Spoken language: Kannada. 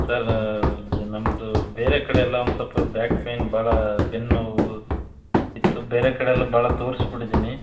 ಸರ್ ನಮ್ಮದು ಬೇರೆ ಕಡೆಯೆಲ್ಲ ಒಂದು ಸ್ವಲ್ಪ ಬ್ಯಾಕ್ ಪೈನ್ ಭಾಳ ಬೆನ್ನು ನೋವು ಇತ್ತು ಬೇರೆ ಕಡೆಯೆಲ್ಲ ಭಾಳ ತೋರ್ಸಿ ಬಿಟ್ಟಿದ್ದೀನಿ